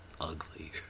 ugly